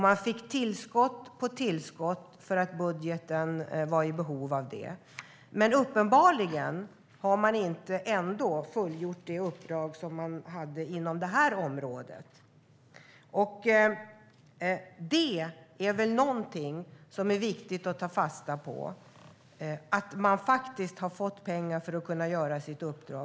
Man fick tillskott på tillskott för att budgeten var i behov av det. Men uppenbarligen har man inte ändå fullgjort det uppdrag som man hade på det här området. Det är väl någonting som är viktigt att ta fasta på. Man har faktiskt fått pengar för att kunna utföra sitt uppdrag.